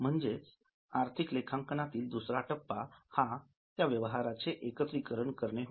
म्हणजेच आर्थिक लेखांकनातील दुसरा टप्पा हा व्यवहाराचे एकत्रीकरण होय